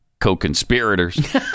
co-conspirators